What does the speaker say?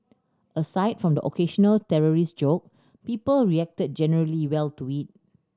aside from the occasional terrorist joke people reacted generally well to it